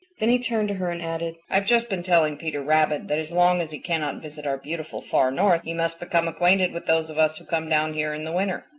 then he turned to her and added, i've just been telling peter rabbit that as long as he cannot visit our beautiful far north he must become acquainted with those of us who come down here in the winter.